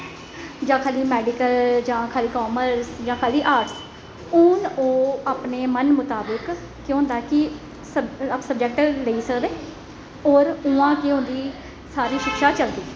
जां खाल्ली मैडिकल जां खाल्ली कामर्स जां खाल्ली आर्ट हून ओह् अपने मन मताबिक केह् होंदा कि सब सबजैक्ट लेई सकदे होर उ'यां गै उं'दी सारी शिक्षा चलदी